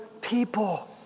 people